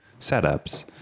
setups